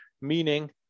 meaning